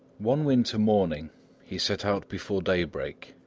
one winter morning he set out before daybreak,